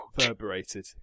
reverberated